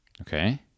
Okay